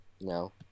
No